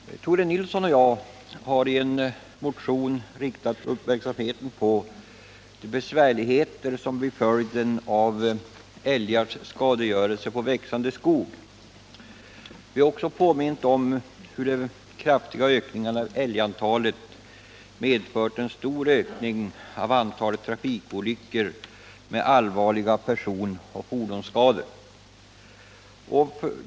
Herr talman! Tore Nilsson och jag har i en motion riktat uppmärksamheten på de besvärligheter som blir följden av älgars skadegörelse på växande skog. Vi har också påmint om hur den kraftiga ökningen av älgantalet medfört en stor ökning av antalet trafikolyckor med allvarliga personoch fordonsskador.